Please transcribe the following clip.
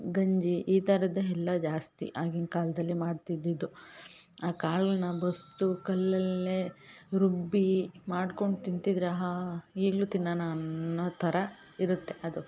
ಗಂಜಿ ಈ ಥರದ್ದೇ ಎಲ್ಲ ಜಾಸ್ತಿ ಆಗಿನ ಕಾಲದಲ್ಲಿ ಮಾಡ್ತಿದಿದ್ದು ಆ ಕಾಳನ್ನ ಬಸಿದು ಕಲ್ಲಲ್ಲೇ ರುಬ್ಬಿ ಮಾಡ್ಕೊಂಡು ತಿಂತಿದ್ದರೆ ಆಹಾ ಈಗಲೂ ತಿನ್ನೋಣ ಅನ್ನೋ ಥರ ಇರುತ್ತೆ ಅದು